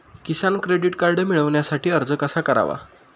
किसान credit card मिळवण्यासाठी अर्ज कसा करावा?